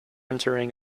entering